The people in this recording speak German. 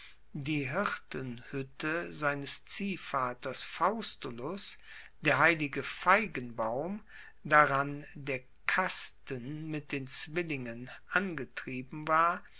die hirtenhuette seines ziehvaters faustulus der heilige feigenbaum daran der kasten mit den zwillingen angetrieben war